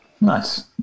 Nice